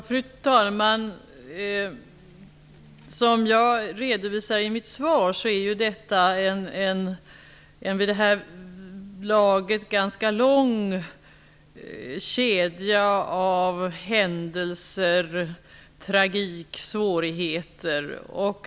Fru talman! Som jag redovisar i mitt svar är detta en vid det här laget ganska lång kedja av händelser, tragik och svårigheter.